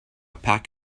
pack